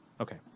Okay